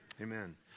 Amen